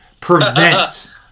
prevent